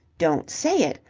don't say it!